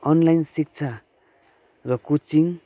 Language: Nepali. अनलाइन शिक्षा र कोचिङ